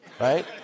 right